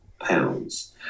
pounds